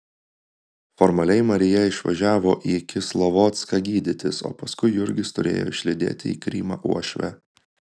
formaliai marija išvažiavo į kislovodską gydytis o paskui jurgis turėjo išlydėti į krymą uošvę